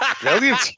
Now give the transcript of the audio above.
Brilliant